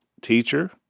Teacher